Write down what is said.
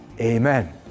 Amen